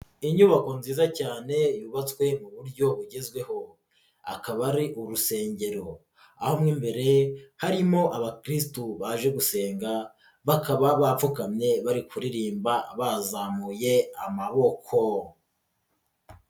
Inyubako nziza cyane yubatswe mu buryo bugezweho akaba ari urusengero aho mo imbere harimo abakirisitu baje gusenga bakaba bapfukamye bari kuririmba bazamuye amaboko.